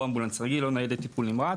או אמבולנס רגיל או ניידת טיפול נמרץ,